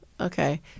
okay